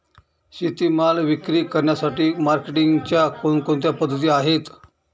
शेतीमाल विक्री करण्यासाठी मार्केटिंगच्या कोणकोणत्या पद्धती आहेत?